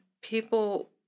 people